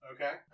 Okay